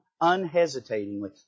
unhesitatingly